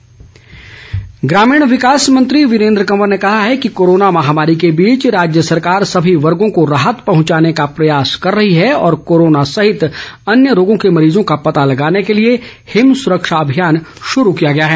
वीरेन्द्र कंवर ग्रामीण विकास मंत्री वीरेन्द्र कंवर ने कहा है कि कोरोना महामारी के बीच राज्य सरकार सभी वर्गों को राहत पहुंचाने का प्रयास कर रही है और कोरोना सहित अन्य रोगों के मरीजों का पता लगाने के लिए हिम सुरक्षा अभियान शुरू किया गया है